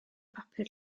papur